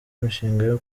imishinga